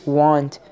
want